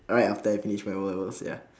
right after I finish my O levels ya